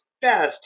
best